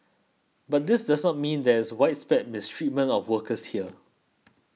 but this does not mean there is widespread mistreatment of workers here